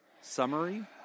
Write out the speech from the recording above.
summary